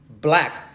black